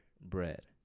Bread